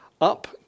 up